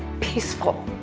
peaceful.